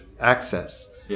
access